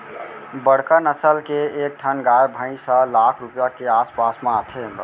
बड़का नसल के एक ठन गाय भईंस ह लाख रूपया के आस पास म आथे